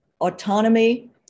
autonomy